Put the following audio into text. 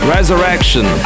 Resurrection